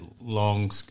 long